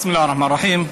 בסם אללה א-רחמאן א-רחים.